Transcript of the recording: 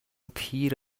پیر